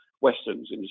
Westerns